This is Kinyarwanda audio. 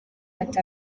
ati